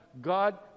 God